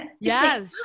yes